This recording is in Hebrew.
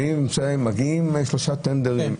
מגיעים שלושה טנדרים,